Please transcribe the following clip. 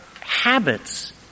habits